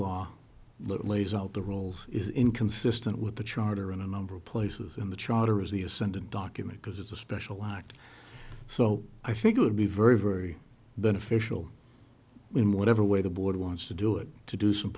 law lays out the rules is inconsistent with the charter in a number of places in the charter is the ascendent document because it's a special act so i figure would be very very beneficial in whatever way the board wants to do it to do some